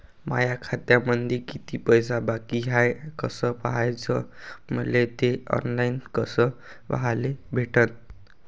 माया खात्यामंधी किती पैसा बाकी हाय कस पाह्याच, मले थे ऑनलाईन कस पाह्याले भेटन?